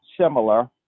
similar